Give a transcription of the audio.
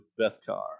Bethkar